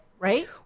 right